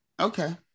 okay